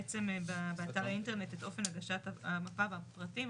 באתר האינטרנט את אופן הגשת המפה והפרטים,